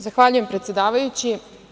Zahvaljujem predsedavajući.